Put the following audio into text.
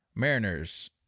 Mariners